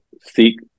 Seek